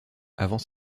avant